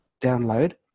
download